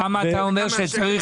כמה אתה אומר שצריך?